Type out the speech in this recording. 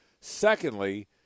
Secondly